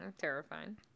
Terrifying